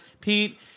Pete